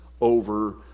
Over